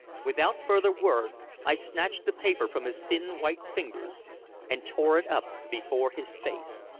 without further word i snatched the paper from his thin white fingers and tore it up before his face.